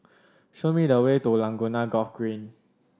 show me the way to Laguna Golf Green